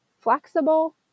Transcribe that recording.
Flexible